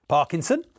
Parkinson